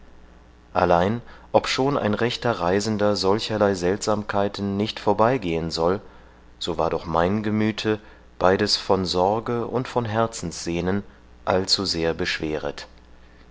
allein obschon ein rechter reisender solcherlei seltsamkeiten nicht vorbeigehen soll so war doch mein gemüthe beides von sorge und von herzenssehnen allzu sehr beschweret